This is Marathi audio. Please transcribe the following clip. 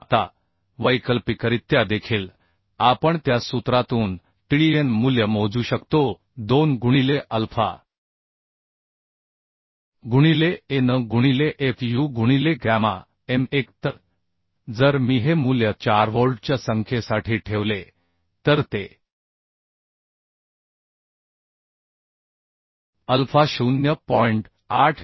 आता वैकल्पिकरित्या देखील आपण त्या सूत्रातून tdn मूल्य मोजू शकतो 2 गुणिले अल्फा गुणिले an गुणिले Fu गुणिले गॅमा m1 तर जर मी हे मूल्य 4 व्होल्टच्या संख्येसाठी ठेवले तर ते अल्फा 0